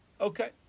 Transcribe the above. Okay